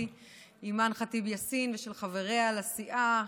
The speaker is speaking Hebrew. אימאן ח'טיב יאסין ושל חבריה לסיעה,